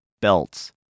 Belts